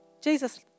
Jesus